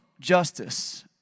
justice